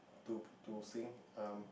to to sing um